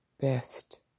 best